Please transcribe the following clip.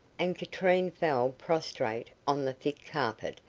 and katrine fell prostrate on the thick carpet,